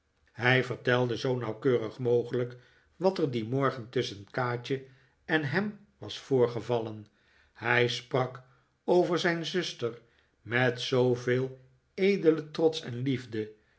hij vertelde zoo nauwkeurig mogelijk wat er dien morgen tusschen kaatje en hem was voorgevallen hij sprak over zijn zuster met zooveel edelen trots en liefde